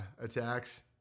attacks